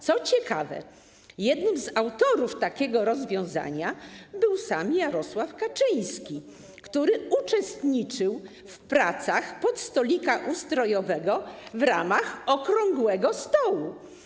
Co ciekawe, jednym z autorów takiego rozwiązania był sam Jarosław Kaczyński, który uczestniczył w pracach podstolika ustrojowego w ramach okrągłego stołu.